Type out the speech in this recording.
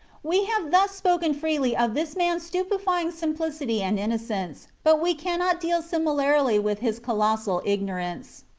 we have thus spoken freely of this man's stupefying simplicity and innocence, but we cannot deal similarly with his colossal ignorance.